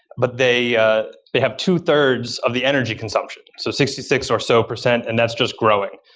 but they ah they have two thirds of the energy consumption. so sixty six or so percent, and that's just growing.